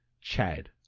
Chad